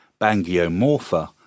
Bangiomorpha